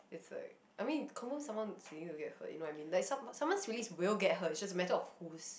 it's like I mean confirm someone's feelings will get hurt you know what I mean like some~ someone's feeling will get hurt it's just a matter of whose